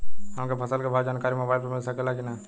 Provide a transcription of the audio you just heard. हमके फसल के भाव के जानकारी मोबाइल पर मिल सकेला की ना?